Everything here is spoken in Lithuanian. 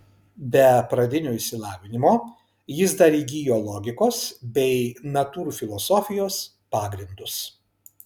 be pradinio išsilavinimo jis dar įgijo logikos bei natūrfilosofijos pagrindus